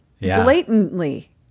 blatantly